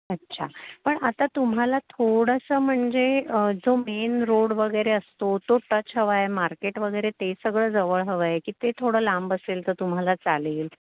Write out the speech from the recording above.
अच्छा पण आता तुम्हाला थोडंसं म्हणजे जो मेन रोड वगैरे असतो तो टच हवा आहे मार्केट वगैरे ते सगळं जवळ हवं आहे की ते थोडं लांब असेल तर तुम्हाला चालेल